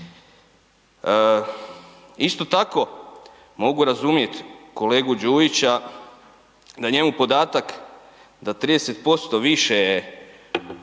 Isto tako mogu razumjet kolegu Đujića da njemu podatak da 30% više je